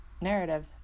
Narrative